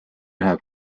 ühe